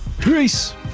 Peace